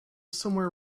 somewhere